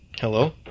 hello